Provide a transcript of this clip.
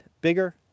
bigger